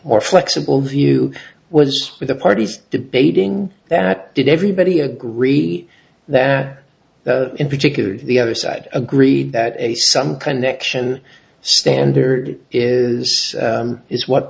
more flexible view was with the parties debating that did everybody agree that in particular the other side agreed that a some connection standard is is what